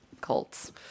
cults